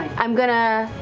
i'm going to